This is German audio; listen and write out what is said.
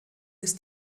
ist